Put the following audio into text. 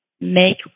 make